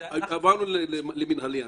עברנו מפלילי למינהלי?